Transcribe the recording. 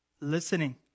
Listening